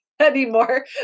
anymore